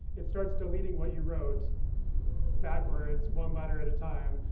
it starts deleting what you wrote backwards, one letter at a time.